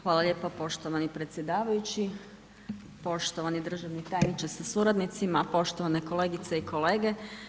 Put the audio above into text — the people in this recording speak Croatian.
Hvala lijepa poštovani predsjedavajući, poštovani državni tajniče suradnicima, poštovane kolegice i kolege.